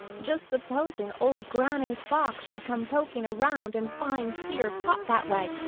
just supposing old granny fox should come poking around and find peter caught that way!